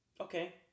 Okay